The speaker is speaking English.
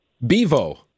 Bevo